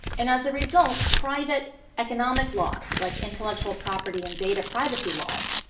and, as a result, private economic laws, like intellectual property and data privacy laws,